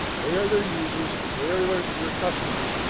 they are their users, they are your customers,